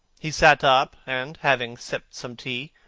he sat up, and having sipped some tea,